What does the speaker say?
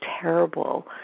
terrible